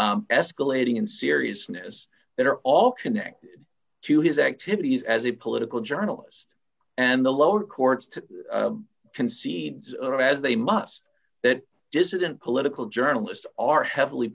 escalating in seriousness that are all connected to his activities as a political journalist and the lower courts to concede as they must that dissident political journalists are heavily